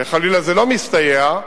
וחלילה, זה לא מסתייע.